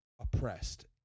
oppressed